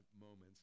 moments